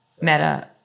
Meta